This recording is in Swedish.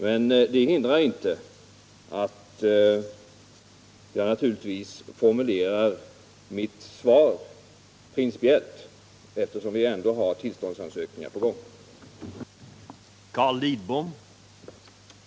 Men det hindrar inte att jag naturligtvis formulerar mitt svar principiellt, eftersom vi ändå har tillståndsansökningar enligt villkorslagen aktuella.